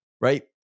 right